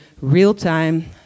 real-time